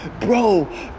Bro